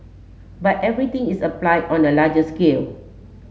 but everything is applied on a larger scale